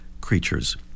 creatures